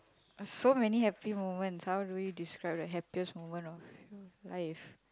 so many happy moments how do we describe the happiest moment of your life